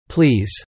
Please